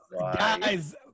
Guys